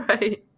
Right